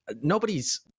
nobody's